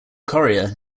courier